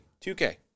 2K